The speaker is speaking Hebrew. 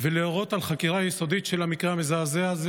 ולהורות על חקירה יסודית של המקרה המזעזע הזה,